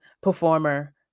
performer